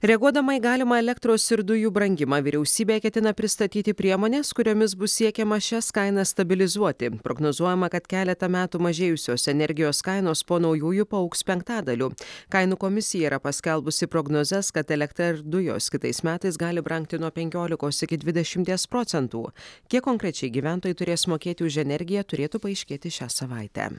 reaguodama į galimą elektros ir dujų brangimą vyriausybė ketina pristatyti priemones kuriomis bus siekiama šias kainas stabilizuoti prognozuojama kad keletą metų mažėjusios energijos kainos po naujųjų paaugs penktadaliu kainų komisija yra paskelbusi prognozes kad elektra dujos kitais metais gali brangti nuo penkiolikos iki dvidešimties procentų kiek konkrečiai gyventojai turės mokėti už energiją turėtų paaiškėti šią savaitę